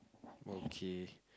okay